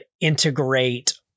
integrate